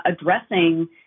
addressing